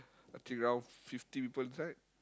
I think around fifty people inside